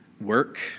work